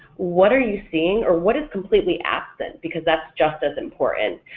what are you seeing or what is completely absent, because that's just as important.